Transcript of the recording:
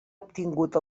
obtingut